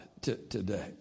today